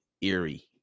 eerie